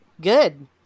good